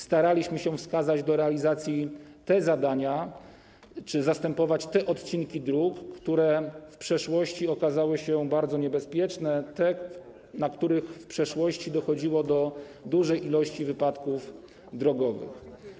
Staraliśmy się wskazać do realizacji te zadania czy zastępować te odcinki dróg, które w przeszłości okazały się bardzo niebezpieczne, te, na których w przeszłości dochodziło do dużej ilości wypadków drogowych.